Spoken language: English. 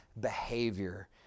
behavior